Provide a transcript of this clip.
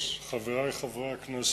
3. כבוד היושב-ראש, חברי חברי הכנסת,